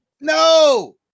no